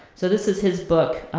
so this is his book,